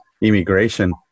immigration